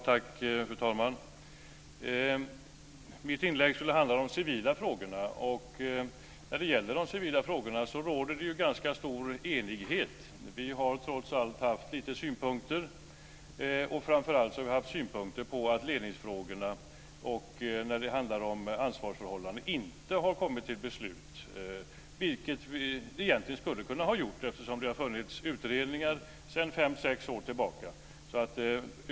Fru talman! Mitt inlägg skulle handla om de civila frågorna. När det gäller de civila frågorna råder det ju ganska stor enighet. Vi har trots det haft lite synpunkter. Framför allt har vi haft synpunkter på att ledningsfrågorna och frågorna om ansvarsförhållanden inte har kommit till beslut. Det kunde de egentligen ha gjort eftersom det finns utredningar sedan fem sex år tillbaka.